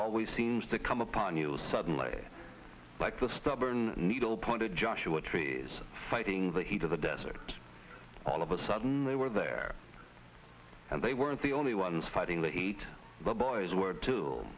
always seems to come upon you suddenly like a stubborn needle pointed joshua tree is fighting the heat of the desert all of a sudden they were there and they weren't the only ones fighting the heat but boys were too